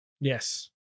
Yes